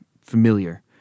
familiar